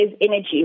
energy